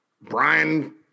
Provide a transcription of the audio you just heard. Brian